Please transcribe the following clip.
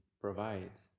provides